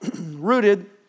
Rooted